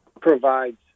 provides